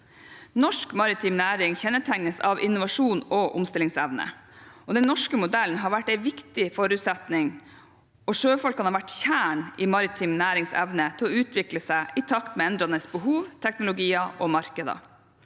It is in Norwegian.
Norsk maritim næring kjennetegnes av innovasjon og omstillingsevne. Den norske modellen har vært en viktig forutsetning, og sjøfolkene har vært kjernen i maritim nærings evne til å utvikle seg i takt med endrede behov, teknologier og markeder.